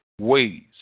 ways